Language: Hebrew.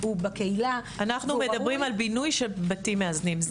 הוא בקהילה- -- אנחנו מדברים על בינוי של בתים מאזנים.